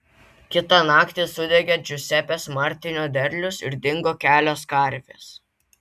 kitą naktį sudegė džiuzepės martinio derlius ir dingo kelios karvės